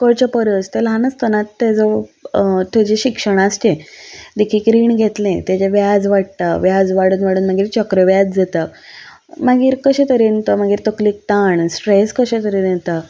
कळचे परस तें ल्हान आसतनाच ताचो ताचें शिक्षण आसचें देखीक रीण घेतलें ताचें व्याज वाडटा व्याज वाडून वाडून मागीर चक्रव्याज जाता मागीर कशे तरेन तो मागीर तकलेक ताण स्ट्रॅस कशे तरेन येता